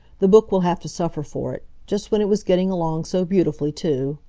the book will have to suffer for it. just when it was getting along so beautifully, too.